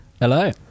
hello